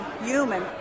human